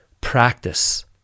practice